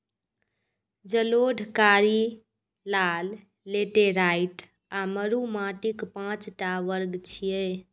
जलोढ़, कारी, लाल, लेटेराइट आ मरु माटिक पांच टा वर्ग छियै